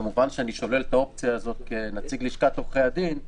וכמובן שאני שולל את האופציה הזו כנציג לשכת עורכי הדין,